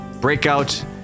breakout